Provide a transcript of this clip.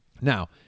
Now